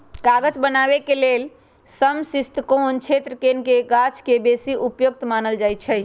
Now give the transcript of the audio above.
कागज बनाबे के लेल समशीतोष्ण क्षेत्रके गाछके बेशी उपयुक्त मानल जाइ छइ